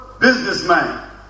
businessman